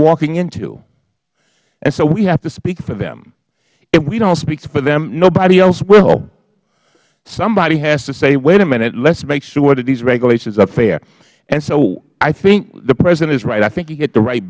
walking into and so we have to speak for them if we don't speak for them nobody else will somebody has to say wait a minute let's make sure that these regulations are fair and so i think the president is right i think he hit the right